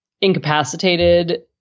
incapacitated